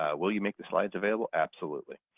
will you make the slides available? absolutely.